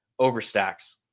overstacks